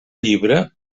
llibre